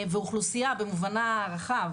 ואוכלוסייה במובנה הרחב.